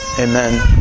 Amen